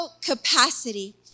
capacity